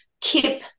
keep